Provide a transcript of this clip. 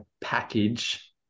package